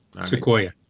Sequoia